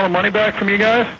um money back from you guys?